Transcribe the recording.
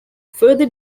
further